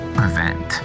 prevent